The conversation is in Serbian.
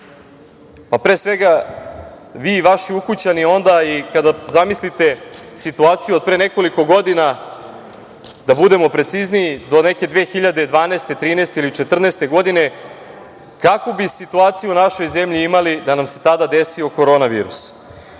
pa pre svega vi i vaši ukućani, onda i kada zamislite situaciju od pre nekoliko godina, da budemo precizniji, do neke 2012, 2013. ili 2014. godine, kakvu bi situaciju u našoj zemlji imali da nam se tada desio korona virus. Ako